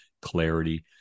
clarity